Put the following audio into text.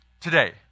today